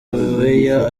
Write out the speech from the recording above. weya